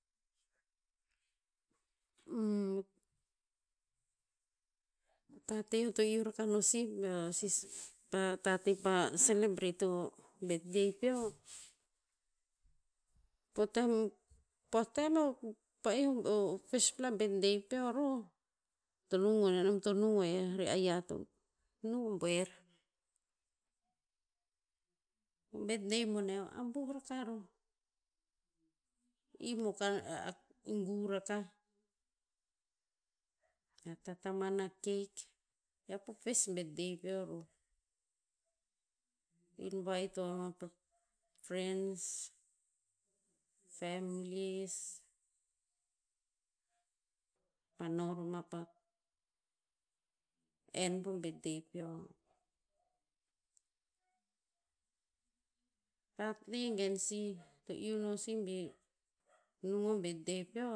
a tate eo to iu raka no si beo si tate pa celebrate o birthday peo, po tem- poh tem first pla birthday peo roh, to nung o yiah nom to nung o yiah re ayiah to nung o buer. Birthday boneh o abuh raka roh. Im o ka, e ngu rakah, a tataman na cake. first birthday peo roh. Invite o ama friends, families, pa no roma pa en po birthday peo. gen sih, to iu no sih bi nung o birthday peo,